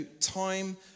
time